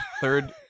Third